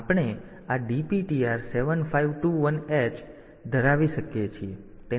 તેથી આપણે આ DPTR 7521 h આ ચળવળ ધરાવી શકીએ છીએ